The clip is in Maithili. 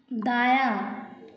दायाँ